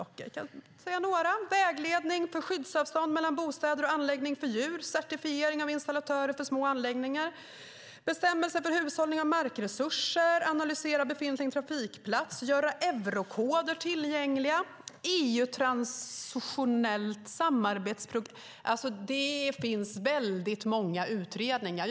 Jag kan räkna upp några: vägledning för skyddsavstånd mellan bostäder och anläggningar för djur, certifiering av installatörer för små anläggningar, bestämmelser för hushållning med markresurser, göra eurokoder tillgängliga, EU-transnationellt samarbetsprogram. Det finns väldigt många utredningar.